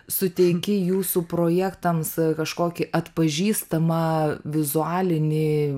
suteiki jūsų projektams kažkokį atpažįstamą vizualinį